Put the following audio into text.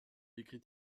écrit